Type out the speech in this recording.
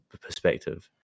perspective